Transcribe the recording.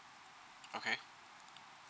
okay